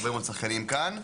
הרבה מאוד שחקנים כאן.